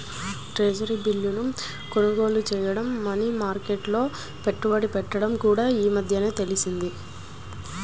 treasury బిల్లును కొనుగోలు చేయడం మనీ మార్కెట్లో పెట్టుబడి పెట్టవచ్చని కూడా ఈ మధ్యనే తెలిసింది